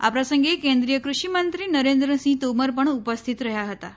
આ પ્રસંગે કેન્દ્રીય કૃષિમંત્રી નરેન્દ્રસિંહ તોમર પણ ઉપસ્થિત રહ્યાં હતાં